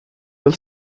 will